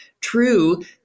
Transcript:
true